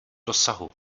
dosahu